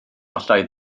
allai